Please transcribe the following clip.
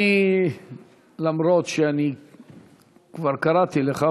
אומנם כבר קראתי לך,